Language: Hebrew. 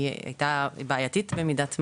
הייתה בעייתית במידת מה.